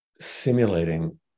Simulating